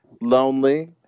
lonely